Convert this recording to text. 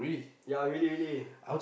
ya really really